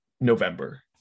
November